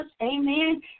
Amen